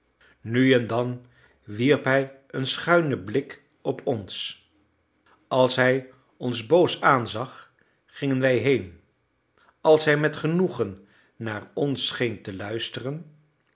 nu en dan wierp hij een schuinschen blik op ons als hij ons boos aanzag gingen wij heen als hij met genoegen naar ons scheen te luisteren